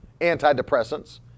antidepressants